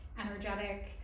energetic